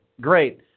great